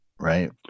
Right